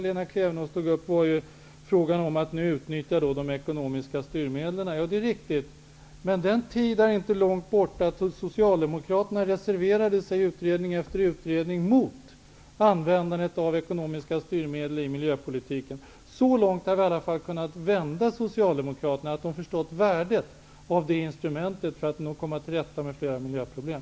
Lena Klevenås tog även upp frågan om att nu utnyttja de ekonomiska styrmedlen. Men den tiden är inte långt borta då Socialdemokraterna reserverade sig i utredning efter utredning mot användandet av ekonomiska styrmedel i miljöpolitiken. Så långt har vi i alla fall kunnat vända Socialdemokraterna, att de har förstått värdet av det instrumentet för att komma till rätta med flera miljöproblem.